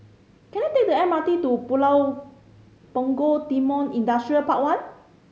can I take the M R T to Pulau Punggol Timor Industrial Park One